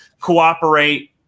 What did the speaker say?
cooperate